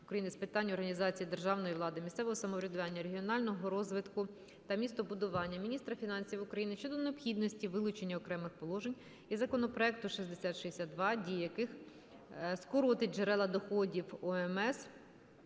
з питань організації державної влади, місцевого самоврядування, регіонального розвитку та містобудування, міністра фінансів України щодо необхідності вилучення окремих положень із законопроекту 6062, дія яких скоротить джерела доходів ОМС